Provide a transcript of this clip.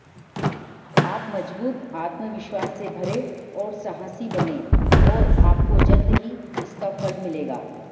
आप मज़बूत आत्मविश्वास से भरे और साहसी बनें और आपको जल्द ही इसका फल मिलेगा